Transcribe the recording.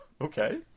Okay